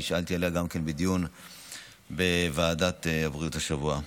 נשאלתי עליה גם בדיון בוועדת בריאות השבוע.